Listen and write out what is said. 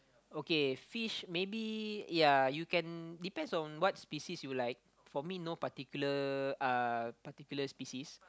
okay fish maybe ya you can depends on what species you like for me no particular uh particular species